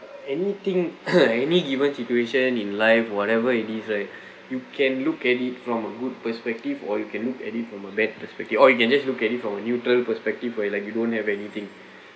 anything any given situation in life whatever it is right you can look at it from a good perspective or you can look at it from a bad perspective or you can just look at it from a neutral perspective where like you don't have anything